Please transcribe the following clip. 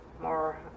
more